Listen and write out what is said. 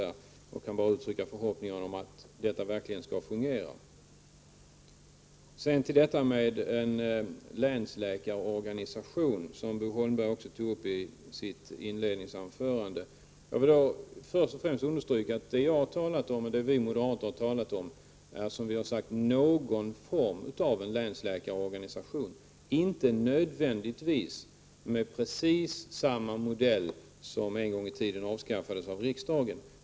Jag kan bara uttrycka förhoppningar om att detta verkligen skall fungera. I sitt inledningsanförande tog Bo Holmberg också upp frågan om en länsläkarorganisation. Jag vill först och främst understryka att det jag och vi moderater har talat om är någon form av länsläkarorganisation — inte nödvändigtvis precis samma modell som en gång i tiden avskaffades av riksdagen.